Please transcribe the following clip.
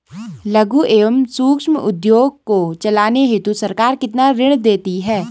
लघु एवं सूक्ष्म उद्योग को चलाने हेतु सरकार कितना ऋण देती है?